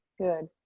Good